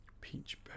peach